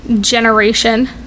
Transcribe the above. generation